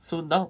so now